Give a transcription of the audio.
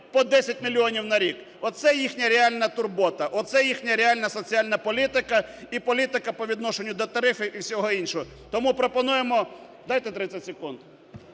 по 10 мільйонів на рік. Оце їхня реальна турбота, оце їхня реальна соціальна політика і політика по відношенню до тарифів і всього іншого. Тому пропонуємо… Дайте 30 секунд.